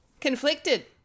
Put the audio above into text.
conflicted